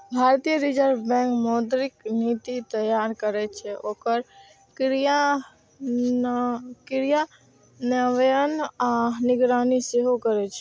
भारतीय reserve bank मौद्रिक नीति तैयार करै छै, ओकर क्रियान्वयन आ निगरानी सेहो करै छै